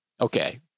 Okay